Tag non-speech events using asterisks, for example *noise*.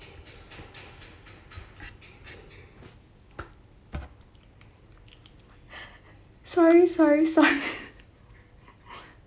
sorry sorry sorry *laughs*